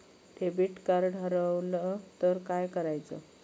Debit card हरवल तर काय करायच?